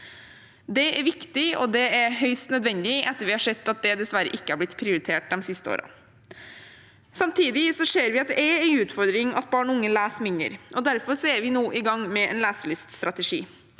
Det er viktig, og det er høyst nødvendig etter at vi har sett at det dessverre ikke har blitt prioritert de siste årene. Samtidig ser vi at det er en utfordring at barn og unge leser mindre. Derfor er vi nå i gang med en leselyststrategi.